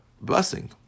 blessing